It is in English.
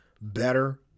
better